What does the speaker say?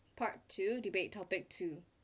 part two debate topic two yup